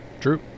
True